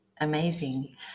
amazing